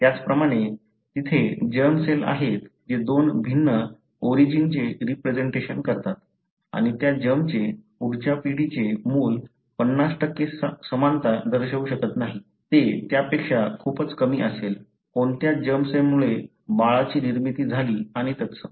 त्याचप्रमाणे तिथे germ cell आहेत जे दोन भिन्न ओरिजिन चे रिप्रेझेन्टेशन करतात आणि त्या जर्मचे पुढच्या पिढीचे मूल 50 समानता दर्शवू शकत नाही ते त्यापेक्षा खूपच कमी असेल कोणत्या जर्मसेलमुळे बाळाची निर्मिती झाली आणि तत्सम